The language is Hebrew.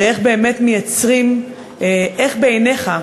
ואיך בעיניך,